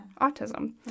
autism